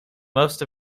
most